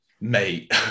mate